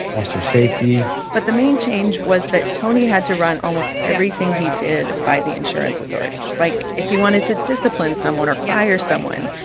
officer safety but the main change was that tony had to run almost everything he did by the insurance authority. like, if he wanted to discipline someone or fire someone,